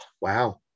wow